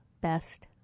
best